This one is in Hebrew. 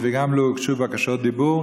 וגם לא הוגשו בקשות דיבור,